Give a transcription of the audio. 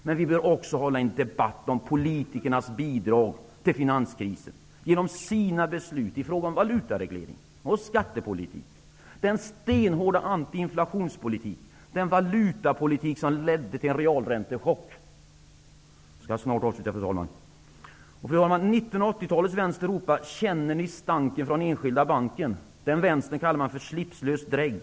Men vi bör också föra en debatt om politikernas bidrag till finanskrisen genom besluten om valutaregleringen och genom skattepolitiken, den stenhårda antiinflationspolitiken och den valutapolitik som ledde till en realräntechock. Fru talman! 80-talets vänster ropade: Känner ni stanken från Enskilda Banken? Den vänstern kallade man för slipslös drägg.